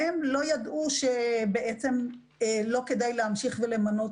והם לא ידעו שבעצם לא כדאי להמשיך ולמנות